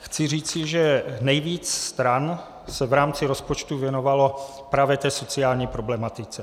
Chci říct, že nejvíc stran se v rámci rozpočtu věnovalo právě té sociální problematice.